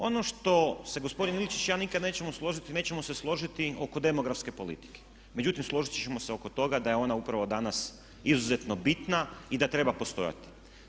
Ono što se gospodin Ilčić i ja nikad nećemo složiti, nećemo se složiti oko demografske politike, međutim složit ćemo se oko toga da je ona upravo danas izuzetno bitna i da treba postojati.